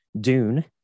Dune